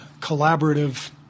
collaborative